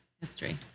history